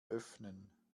öffnen